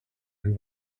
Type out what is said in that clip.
who